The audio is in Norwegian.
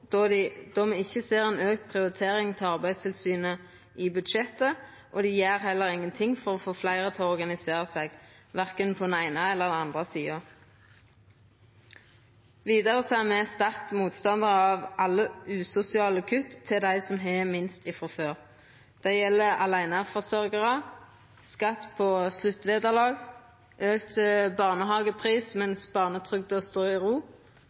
då me ikkje ser ei auka prioritering til Arbeidstilsynet i budsjettet, og dei gjer heller ikkje noko for å få fleire til å organisera seg, verken på den eine eller andre sida. Vidare er me sterke motstandarar av alle usosiale kutt til dei som har minst frå før. Det gjeld aleineforsørgjarar, skatt på sluttvederlag og auka barnehagepris mens barnetrygda står i ro.